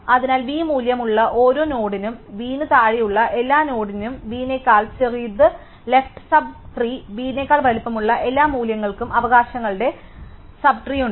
അതിനാൽ v മൂല്യം ഉള്ള ഓരോ നോഡിനും v ന് താഴെയുള്ള എല്ലാ നോഡുകളും v നേക്കാൾ ചെറുത് ലെഫ്റ് സബ് ട്രീ v നേക്കാൾ വലുപ്പമുള്ള എല്ലാ മൂല്യങ്ങളും അവകാശങ്ങളുടെ സബ് ട്രീ ഉണ്ട്